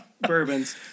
bourbons